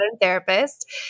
Therapist